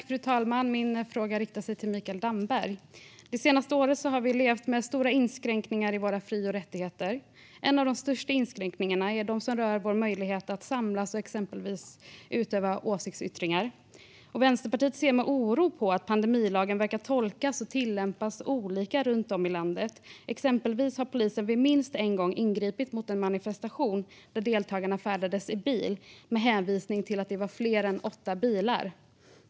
Fru talman! Min fråga går till Mikael Damberg. Det senaste året har vi levt med stora inskränkningar i våra fri och rättigheter. En av de största inskränkningarna rör vår möjlighet att samlas och exempelvis utöva åsiktsyttringar. Vänsterpartiet ser med oro på att pandemilagen verkar tolkas och tillämpas på olika sätt runt om i landet. Exempelvis har polisen minst en gång ingripit mot en manifestation där deltagarna färdats i bil, med hänvisning till att det var fler än åtta bilar.